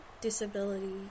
disability